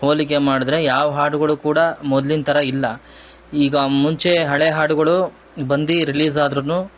ಹೋಲಿಕೆ ಮಾಡಿದ್ರೆ ಯಾವ ಹಾಡುಗಳು ಕೂಡ ಮೊದಲಿನ ಥರ ಇಲ್ಲ ಈಗ ಮುಂಚೆ ಹಳೆ ಹಾಡುಗಳು ಬಂದು ರಿಲೀಸ್ ಆದರೂನು